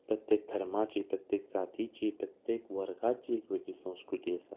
प्रत्येक धर्माची प्रत्येक जातीची प्रत्येक वर्गाची एक वेगळी संस्कृती आसा